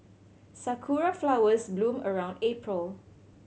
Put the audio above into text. sakura flowers bloom around April